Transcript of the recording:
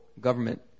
government